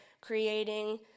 creating